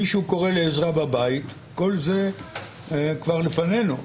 מישהו קורא לעזרה בבית, כל זה כבר לפנינו.